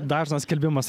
dažnas skelbimas